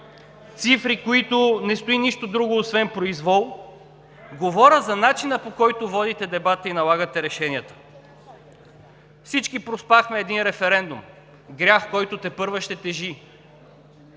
цифри зад, които не стои нищо друго освен произвол – говоря за начина, по който водите дебат и налагате решенията. Всички проспахме един референдум. Грях, който тепърва ще тежи.